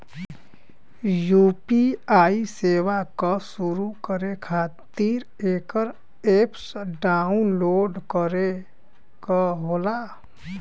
UPI सेवा क शुरू करे खातिर एकर अप्प डाउनलोड करे क होला